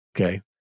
Okay